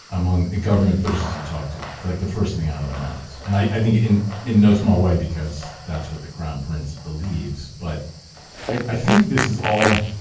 among government officials you talked to. it's like the first thing out of their mouths. and i think in in no small way because that's what the crown prince believes, but i think this is all.